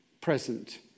present